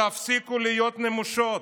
תפסיקו להיות נמושות,